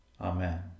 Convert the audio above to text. Amen